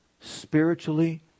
spiritually